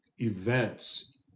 events